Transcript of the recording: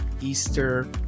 easter